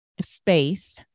space